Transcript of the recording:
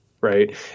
right